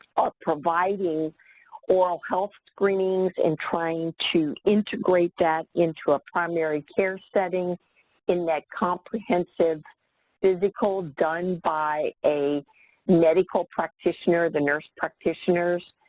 are providing oral health screenings and trying to integrate that into a primary care setting in that comprehensive physical done by a medical practitioner, the nurse practitioners,